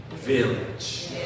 village